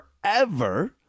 forever